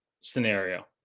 scenario